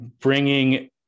bringing